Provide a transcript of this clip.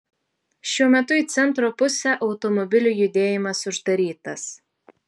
šiuo metu į centro pusę automobilių judėjimas uždarytas